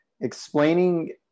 explaining